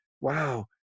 wow